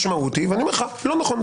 אתה מדבר על המשמעות ואני אומר לך שלא נכון,